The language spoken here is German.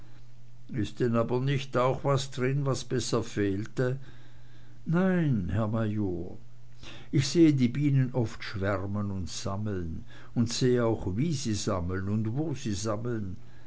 is denn aber nicht auch was drin was besser fehlte nein herr major ich sehe die bienen oft schwärmen und sammeln und seh auch wie sie sammeln und wo sie sammeln